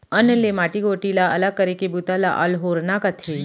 अन्न ले माटी गोटी ला अलग करे के बूता ल अल्होरना कथें